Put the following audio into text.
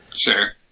Sure